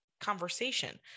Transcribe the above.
conversation